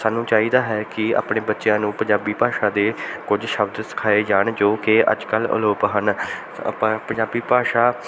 ਸਾਨੂੰ ਚਾਹੀਦਾ ਹੈ ਕਿ ਆਪਣੇ ਬੱਚਿਆਂ ਨੂੰ ਪੰਜਾਬੀ ਭਾਸ਼ਾ ਦੇ ਕੁਝ ਸ਼ਬਦ ਸਿਖਾਏ ਜਾਣ ਜੋ ਕਿ ਅੱਜ ਕੱਲ੍ਹ ਅਲੋਪ ਹਨ ਆਪਾਂ ਪੰਜਾਬੀ ਭਾਸ਼ਾ